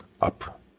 up